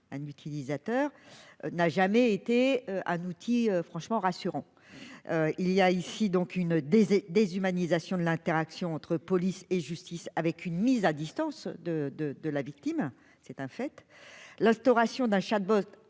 un utilisateur n'a jamais été un outil franchement rassurant : il y a ici donc une des déshumanisation de l'interaction entre police et justice avec une mise à distance de de de la victime, c'est un fait, l'instauration d'un chapeau